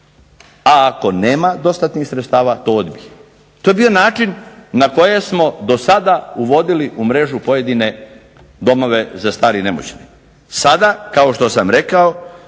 a ako nema dostatnih sredstava to odbije. To je bio način na koje smo do sada uvodili u mrežu pojedine domove za stare i nemoćne. Sada, kao što sam rekao